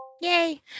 Yay